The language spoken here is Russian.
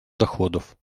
доходов